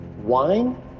wine